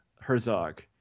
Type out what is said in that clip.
Herzog